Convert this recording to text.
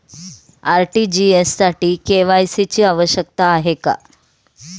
RTGS साठी KYC ची आवश्यकता आहे का?